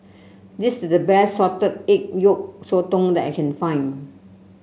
this is the best Salted Egg Yolk Sotong that I can find